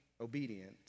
obedient